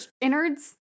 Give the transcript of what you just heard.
innards